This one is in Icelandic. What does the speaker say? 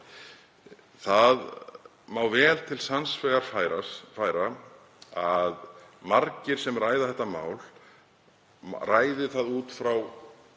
Það má vel til sanns vegar færa að margir sem ræða þetta mál ræði það út frá